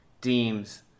deems